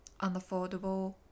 unaffordable